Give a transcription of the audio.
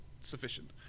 sufficient